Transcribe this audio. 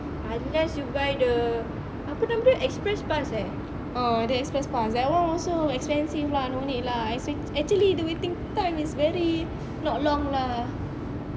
unless you buy the apa nama dia express pass eh ah the express pass that one also expensive lah no need lah actually the waiting time is very not long lah